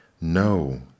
No